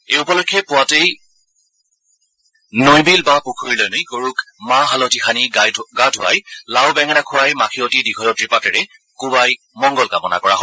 এই উপলক্ষে পুৱাতেই নৈ বিল বা পুখুৰীলৈ নি গৰুক মাহ হালধি সানি গা ধুৱাই লাও বেঙেনা খুৱাই মাখিয়তি দীঘলতীৰ পাতেৰে কোৱাই মংগল কামনা কৰা হয়